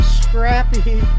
scrappy